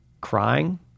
crying